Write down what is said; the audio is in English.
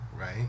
right